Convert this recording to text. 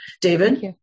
david